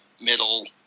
middle